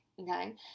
okay